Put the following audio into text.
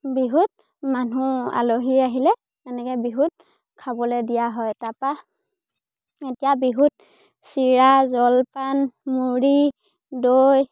বিহুত মানুহ আলহী আহিলে এনেকৈ বিহুত খাবলৈ দিয়া হয় তাৰপৰা এতিয়া বিহুত চিৰা জলপান মুড়ি দৈ